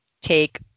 take